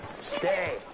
stay